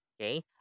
Okay